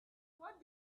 what